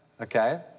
Okay